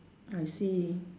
I see